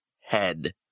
head